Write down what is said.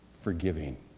forgiving